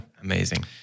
Amazing